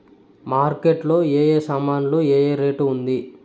Market లో ఏ ఏ సామాన్లు ఏ ఏ రేటు ఉంది?